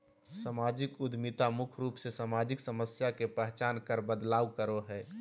सामाजिक उद्यमिता मुख्य रूप से सामाजिक समस्या के पहचान कर बदलाव करो हय